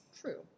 True